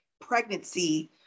pregnancy